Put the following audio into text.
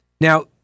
Now